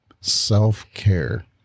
self-care